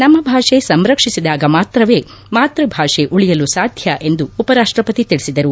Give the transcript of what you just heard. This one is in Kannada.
ನಮ್ಮ ಭಾಷೆ ಸಂರಕ್ಷಿಸಿದಾಗ ಮಾತ್ರವೇ ಮಾತೃ ಭಾಷೆ ಉಳಿಯಲು ಸಾಧ್ಯ ಎಂದು ಉಪರಾಷ್ಟಪತಿ ತಿಳಿಸಿದರು